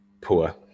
poor